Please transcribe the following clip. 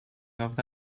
over